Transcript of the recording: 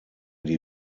die